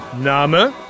Name